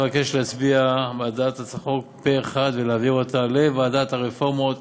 אני מבקש להצביע בעד הצעת החוק פה אחד ולהעביר אותה לוועדת הרפורמות